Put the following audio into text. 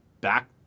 back